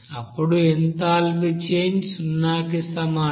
అప్పుడు enthalpy change సున్నాకి సమానం